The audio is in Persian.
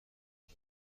قفل